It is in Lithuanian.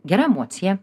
gera emocija